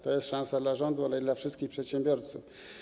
To jest szansa dla rządu, ale i dla wszystkich przedsiębiorców.